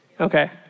okay